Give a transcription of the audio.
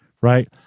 Right